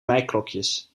meiklokjes